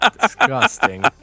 disgusting